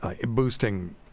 boosting